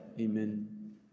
Amen